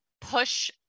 push